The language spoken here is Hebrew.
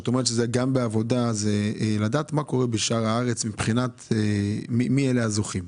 בעבודה הוא לדעת מה קורה בארץ מבחינת מי הזוכים.